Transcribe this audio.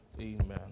Amen